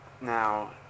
Now